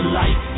light